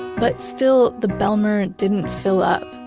but still, the bijlmer didn't fill up.